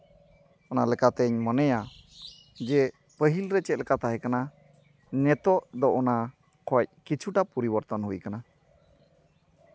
ᱚᱱᱟ ᱞᱮᱠᱟᱛᱤᱧ ᱢᱚᱱᱮᱭᱟ ᱡᱮ ᱯᱟᱹᱦᱤᱞ ᱨᱮ ᱪᱮᱫ ᱞᱮᱠᱟ ᱛᱟᱦᱮᱸ ᱠᱟᱱᱟ ᱱᱤᱛᱚᱜ ᱫᱚ ᱚᱱᱟ ᱠᱷᱚᱡ ᱠᱤᱪᱷᱩᱴᱟ ᱯᱚᱨᱤᱵᱚᱨᱛᱚᱱ ᱦᱩᱭ ᱟᱠᱟᱱᱟ